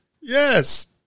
Yes